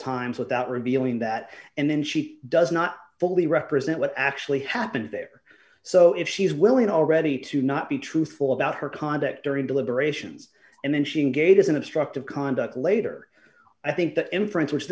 times without revealing that and then she does not fully represent what actually happened there so if she is willing already to not be truthful about her conduct during deliberations and then she gave us an obstructive conduct later i think the inference which